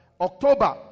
october